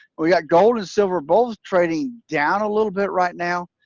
we got gold and silver both trading down a little bit right now,